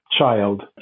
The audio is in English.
child